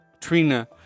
Trina